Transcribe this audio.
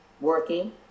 working